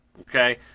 Okay